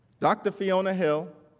dr. fiona hill,